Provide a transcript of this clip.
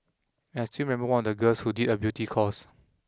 and I still remember one of the girls who did a beauty course